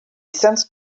sensed